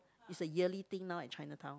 it's a yearly thing now in Chinatown